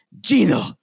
Gino